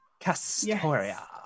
Castoria